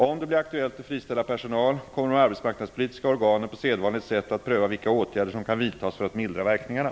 Om det blir aktuellt att friställa personal, kommer de arbetsmarknadspolitiska organen på sedvanligt sätt att pröva vilka åtgärder som kan vidtas för att mildra verkningarna.